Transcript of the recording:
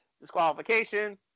disqualification